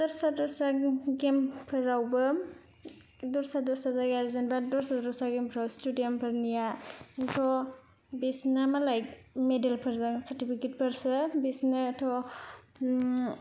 दस्रा दस्रा गेमफोरावबो दस्रा दस्रा जायगा जेनेबा दस्रा दस्रा गेमफ्राव स्टेडियामफोरनिया थ' बिसोरना मालाय मेडेलफोरजों सार्टिफिकेटफोरजोंसो बिसोरनाथ'